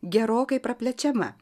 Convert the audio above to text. gerokai praplečiama